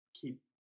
keep